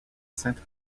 sainte